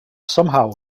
somehow